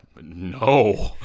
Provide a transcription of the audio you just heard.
no